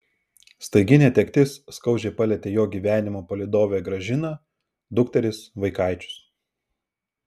staigi netektis skaudžiai palietė jo gyvenimo palydovę gražiną dukteris vaikaičius